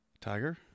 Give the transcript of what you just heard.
Tiger